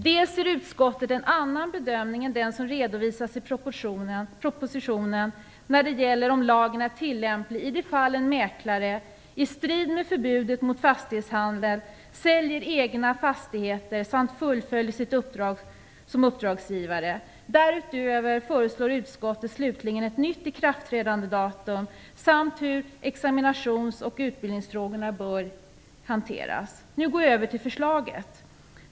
Utskottet gör också en annan bedömning än den som redovisas i propositionen när det gäller om lagen är tillämplig i de fall en mäklare - i strid med förbudet mot fastighetshandel - säljer egna fastigheter samt fullföljer sitt uppdrag som uppdragsgivare. Därutöver föreslår utskottet slutligen ett nytt ikraftträdandedatum samt hur examinations och utbildningsfrågorna bör hanteras. Jag går nu över till förslaget.